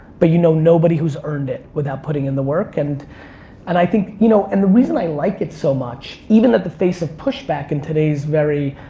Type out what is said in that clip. but you know nobody who's earned it without putting in the work. and and i think, you know, and the reason i like it so much, even at the face of pushback in today's very,